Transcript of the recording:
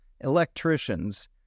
electricians